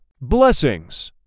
Blessings